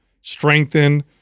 strengthen